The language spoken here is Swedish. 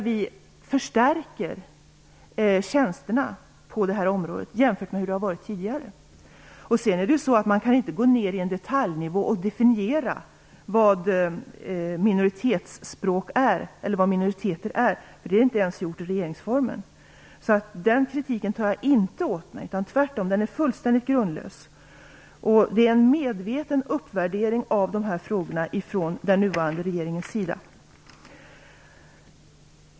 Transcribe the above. Vi förstärker tjänsterna på det här området jämfört med hur det har varit tidigare. Man kan inte i detalj definiera vad minoritetsspråk eller minoriteter är. Det har man inte ens gjort i regeringsformen. Den kritiken tar jag inte åt mig av. Tvärtom - den är helt grundlös. Det sker en medveten uppvärdering av de här frågorna från den nuvarande regeringens sida.